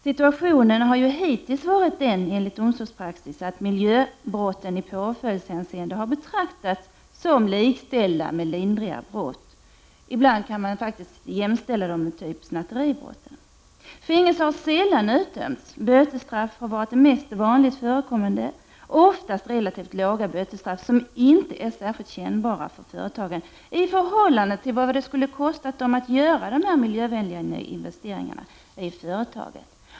Situationen har ju hittills varit den, enligt domstolspraxis, att miljöbrotten i påföljdshänseende har betraktats som likställda med lindriga brott — ibland faktiskt likställda med brott av typ snatteri. Fängelse har sällan utdömts. Bötesbelopp har varit det mest vanligt förekommande, oftast relativt låga bötesstraff som inte är särskilt kännbara för företagen i förhållande till vad det skulle ha kostat dem att göra miljövänliga investeringar.